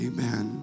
Amen